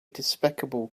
despicable